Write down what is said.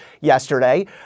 yesterday